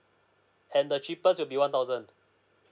and the cheapest would be one thousand